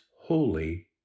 holy